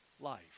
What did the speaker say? life